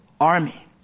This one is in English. army